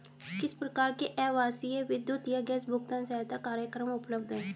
किस प्रकार के आवासीय विद्युत या गैस भुगतान सहायता कार्यक्रम उपलब्ध हैं?